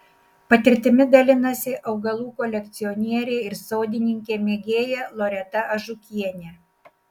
patirtimi dalinasi augalų kolekcionierė ir sodininkė mėgėja loreta ažukienė